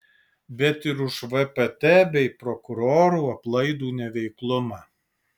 bet ir už vpt bei prokurorų aplaidų neveiklumą